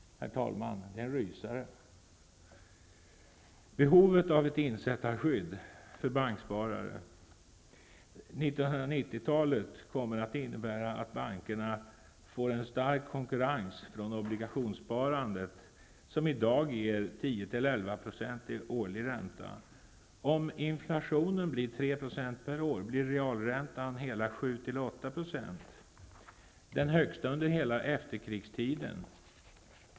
Herr talman! Det är en rysare! Jag skall vidare säga något om behovet av ett insättarskydd för banksparare. 1990-talet kommer att innebära att bankerna får en stark konkurrens från obligationssparandet, som i dag ger 10--11 % årlig ränta. Om inflationen blir 3 % per år blir realräntan hela 7--8 %, den högsta under hela efterkrigstiden.